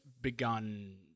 begun